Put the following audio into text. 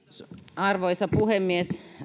arvoisa puhemies